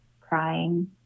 crying